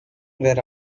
were